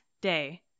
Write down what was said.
day